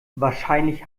wahrscheinlich